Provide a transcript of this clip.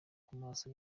maso